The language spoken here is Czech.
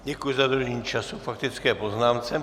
Děkuji za dodržení času k faktické poznámce.